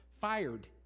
Fired